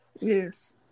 Yes